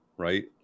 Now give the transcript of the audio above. right